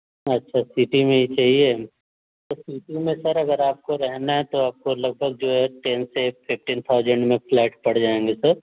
अच्छा सिटी में ही चाहिए तो सिटी में सर अगर आपको रहना है तो आपको लगभग जो है टेन से फिफ्टीन थाउजेंड में फ्लैट पड़ जाएँगे सर